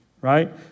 right